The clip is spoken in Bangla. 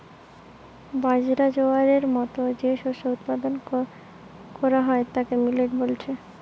বাজরা, জোয়ারের মতো যে শস্য উৎপাদন কোরা হয় তাকে মিলেট বলছে